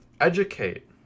educate